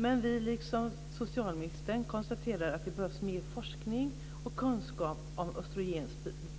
Men vi, liksom socialministern, konstaterar att det behövs mer forskning och kunskap om östrogens